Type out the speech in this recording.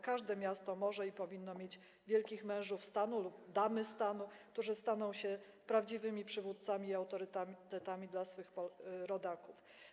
Każde miasto może i powinno mieć wielkich mężów stanu lub wielkie damy stanu, którzy staną się prawdziwymi przywódcami i autorytetami dla swych rodaków.